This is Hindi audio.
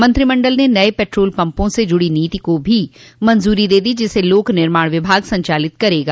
मंत्रिमंडल ने नये पेट्रोल पम्पों से जुड़ी नीति को भी मंजूरी दे दी जिसे लोकनिर्माण विभाग संचालित करेगा